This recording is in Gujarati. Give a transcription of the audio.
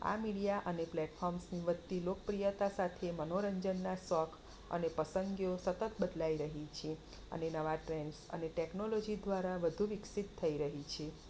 આ મીડિયા અને પ્લેટ્ફોર્મસની વધતી લોકપ્રિયતા સાથે મનોરંજનના શોખ અને પસંદગીઓ સતત બદલાઈ રહી છે અને નવા ટ્રેન્ડસ્ અને ટેકનોલૉજી દ્વારા વધુ વિકસિત થઈ રહી છે